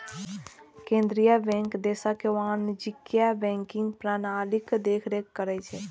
केंद्रीय बैंक देशक वाणिज्यिक बैंकिंग प्रणालीक देखरेख करै छै